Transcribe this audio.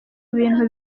bintu